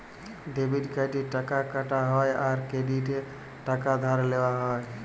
debit কার্ডে টাকা কাটা হ্যয় আর ক্রেডিটে টাকা ধার লেওয়া হ্য়য়